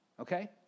Okay